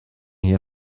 hier